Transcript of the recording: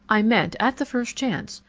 i meant, at the first chance,